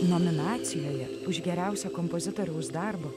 nominacijoje už geriausią kompozitoriaus darbą